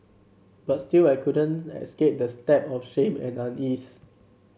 but still I couldn't escape the stab of shame and unease